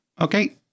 Okay